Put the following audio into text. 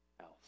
else